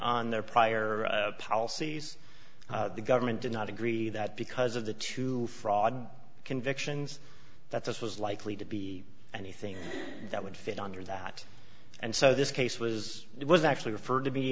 on their prior policies the government did not agree that because of the to fraud convictions that this was likely to be anything that would fit under that and so this case was it was actually referred to be